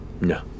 no